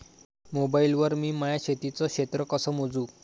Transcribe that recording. Mobile वर मी माया शेतीचं क्षेत्र कस मोजू?